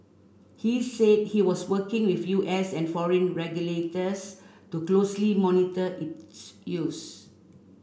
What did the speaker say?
he said he was working with U S and foreign regulators to closely monitor its use